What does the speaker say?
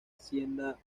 hacienda